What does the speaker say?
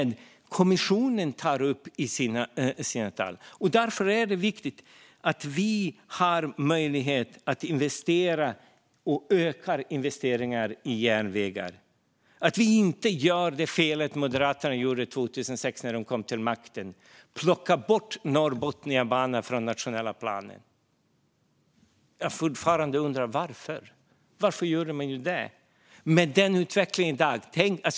Därför är det viktigt att vi har möjlighet att öka investeringarna i järnväg och att vi inte gör samma fel som Moderaterna gjorde 2006 när de kom till makten och plockade bort Norrbotniabanan från nationell plan. Jag undrar fortfarande varför.